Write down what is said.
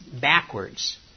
backwards